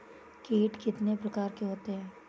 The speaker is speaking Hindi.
कीट कितने प्रकार के होते हैं?